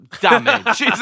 damage